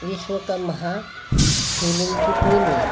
विश्व का महा शिवलिंग की पीठ है